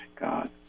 God